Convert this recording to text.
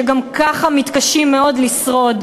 שגם ככה מתקשים מאוד לשרוד.